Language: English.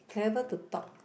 clever to talk